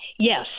Yes